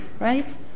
right